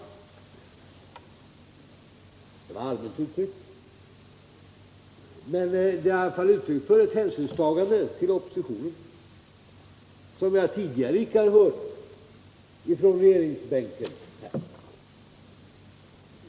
Det var allmänt formulerat, men det var i alla fall uttryck för ett hänsynstagande till oppositionen som jag tidigare icke hört från regeringsbänken.